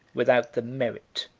without the merit,